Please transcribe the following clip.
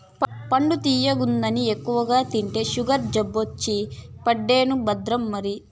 పండు తియ్యగుందని ఎక్కువగా తింటే సుగరు జబ్బొచ్చి పడేను భద్రం మరి